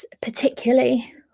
particularly